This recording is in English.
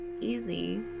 easy